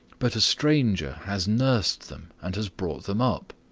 but a stranger has nursed them, and has brought them up